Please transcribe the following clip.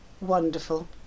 Wonderful